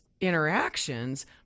interactions